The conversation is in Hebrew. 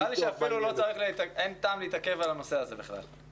נראה לי שאפילו אין טעם להתעכב על הנושא הזה בכלל.